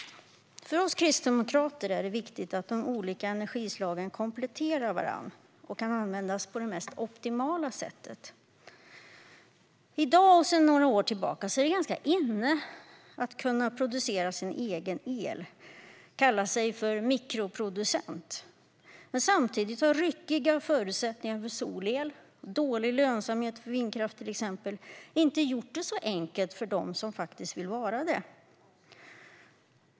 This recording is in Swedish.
För oss kristdemokrater är det viktigt att de olika energislagen kompletterar varandra och kan användas på det mest optimala sättet. I dag och sedan några år tillbaka är det ganska inne att kunna producera sin egen el och kalla sig för mikroproducent. Samtidigt har ryckiga förutsättningar för solel och dålig lönsamhet för vindkraft inte gjort det så enkelt för dem som faktiskt vill vara det.